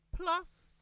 plus